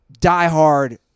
diehard